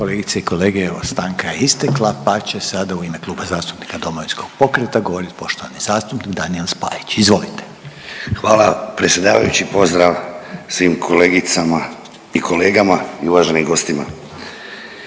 Kolegice i kolege, evo stanka je istekla, pa će sada u ime Kluba zastupnika Domovinskog pokreta govorit poštovani zastupnik Daniel Spajić, izvolite. **Spajić, Daniel (DP)** Hvala predsjedavajući, pozdrav svim kolegicama i kolegama i uvaženim gostima.